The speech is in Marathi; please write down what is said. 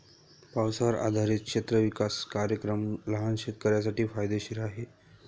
पावसावर आधारित क्षेत्र विकास कार्यक्रम लहान शेतकऱ्यांसाठी फायदेशीर आहे